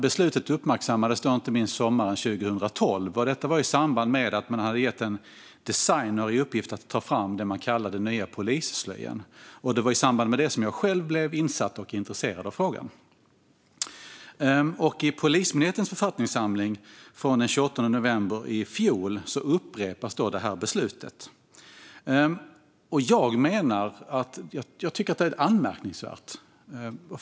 Beslutet uppmärksammades inte minst sommaren 2012 i samband med att man hade gett en designer i uppgift att ta fram vad man kallade den nya polisslöjan. Det var i samband med detta jag själv blev insatt i och intresserad av frågan. I Polismyndighetens författningssamling från den 28 november i fjol upprepas beslutet. Jag tycker att det är anmärkningsvärt.